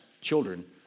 children